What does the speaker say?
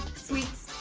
sweets,